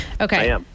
Okay